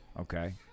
Okay